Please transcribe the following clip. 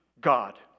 God